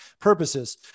purposes